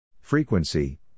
Frequency